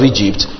Egypt